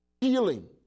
healing